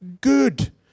good